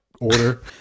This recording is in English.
Order